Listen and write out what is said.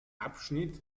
abschnitt